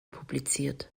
publiziert